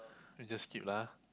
just skip lah